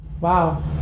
Wow